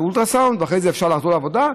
אולטרסאונד ואחרי זה אפשר לחזור לעבודה,